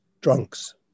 drunks